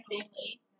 safety